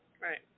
Right